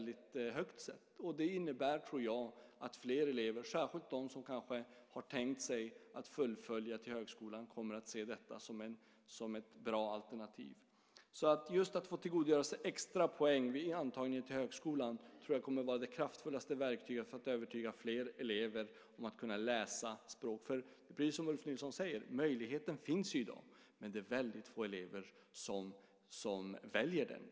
Det tror jag innebär att fler elever, särskilt de som kanske har tänkt sig att fullfölja till högskolan, kommer att se det som ett bra alternativ. Att få tillgodoräkna sig extra poäng vid antagningen till högskolan tror jag kommer att vara det kraftfullaste verktyget för att övertyga fler elever om vikten av att läsa språk. Som Ulf Nilsson säger finns ju möjligheten i dag, men det är väldigt få elever som väljer den.